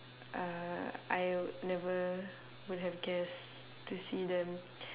uh I would never would have guessed to see them